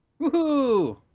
Woohoo